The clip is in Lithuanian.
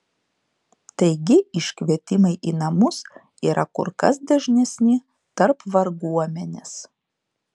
taigi iškvietimai į namus yra kur kas dažnesni tarp varguomenės